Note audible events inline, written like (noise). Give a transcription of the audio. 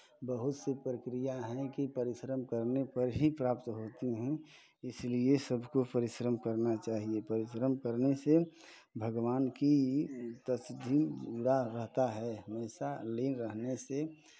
बहुत से प्रक्रिया हैं कि परिश्रम करने पर ही प्राप्त होती हैं इसलिये सबको परिश्रम करना चाहिये परिश्रम करने से भगवान की (unintelligible) जुड़ा रहता है हमेशा लीन रहने से